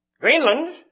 Greenland